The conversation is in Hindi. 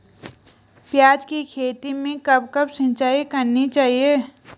प्याज़ की खेती में कब कब सिंचाई करनी चाहिये?